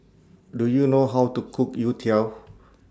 Do YOU know How to Cook Youtiao